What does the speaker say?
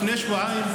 לפני שבועיים,